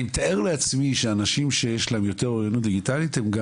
אני מתאר לעצמי שאנשים שיש להם יותר אוריינות דיגיטלית הם גם